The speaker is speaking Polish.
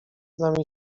nami